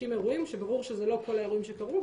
ברור שזה לא כל האירועים שקרו.